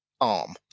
arm